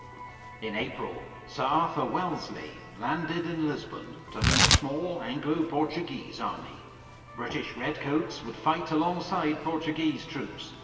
in april, sir arthur wellesley landed in lisbon to lead a small anglo-portuguese army british redcoats would fight alongside portuguese troops,